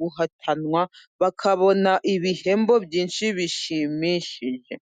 guhatanwa bakabona ibihembo byinshi bishimishije.